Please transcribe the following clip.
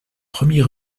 premiers